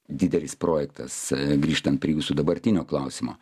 didelis projektas grįžtant prie jūsų dabartinio klausimo